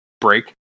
break